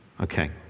Okay